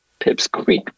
pipsqueak